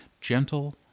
gentle